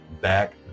back